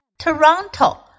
Toronto